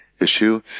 issue